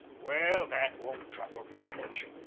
well, that won't trouble me much.